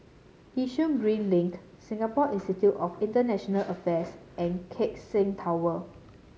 Yishun Green Link Singapore Institute of International Affairs and Keck Seng Tower